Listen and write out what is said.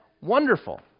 wonderful